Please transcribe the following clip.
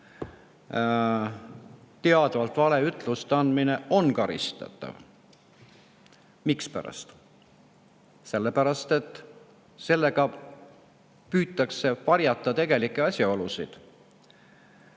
teadvalt valeütluste andmine karistatav. Miks? Sellepärast, et sellega püütakse varjata tegelikke asjaolusid.